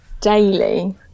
daily